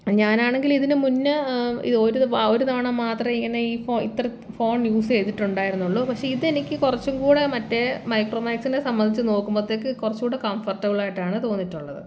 ഞാനാണെങ്കില് ഇതിനു മുന്ന് ഇത് ഒര് ഒരു തവണ മാത്രം ഇങ്ങനെ ഈ ഫോ ഇത്ര ഫോൺ യൂസ് ചെയ്തിട്ടുണ്ടായിരുന്നുള്ളൂ പക്ഷേ ഇത് എനിക്ക് കുറച്ചും കൂടെ മറ്റേ മൈക്രോമാക്സിനെ സംബന്ധിച്ച് നോക്കുമ്പോത്തേക്ക് കുറച്ചുംകൂടെ കംഫർട്ടബിളായിട്ടാണ് തോന്നിയിട്ടുള്ളത്